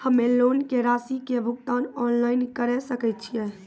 हम्मे लोन के रासि के भुगतान ऑनलाइन करे सकय छियै?